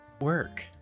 work